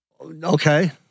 Okay